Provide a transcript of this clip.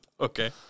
Okay